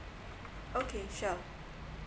okay sure